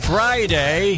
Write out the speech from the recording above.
Friday